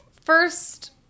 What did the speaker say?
first